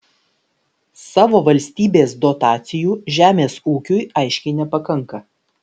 savo valstybės dotacijų žemės ūkiui aiškiai nepakanka